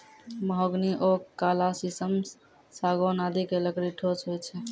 mahogany, oak, काला शीशम, सागौन आदि के लकड़ी ठोस होय छै